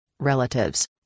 Relatives